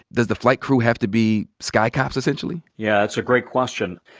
does the flight crew have to be sky cops essentially? yeah, that's a great question.